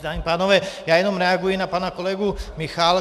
Dámy a pánové, já jenom reaguji na pana kolegu Michálka.